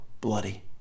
bloody